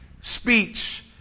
speech